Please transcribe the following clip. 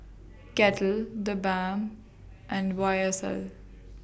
Kettle The Balm and Y S L